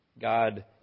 God